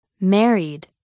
married